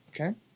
Okay